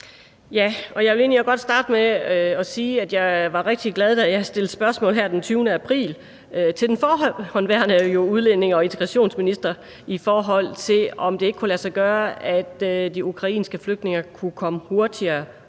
egentlig godt starte med at sige, at jeg var rigtig glad, da jeg stillede spørgsmålet her den 20. april til den foregående udlændinge- og integrationsminister, om det ikke kunne lade sig gøre, at de ukrainske flygtninge kunne komme hurtigere